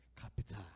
capital